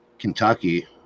Kentucky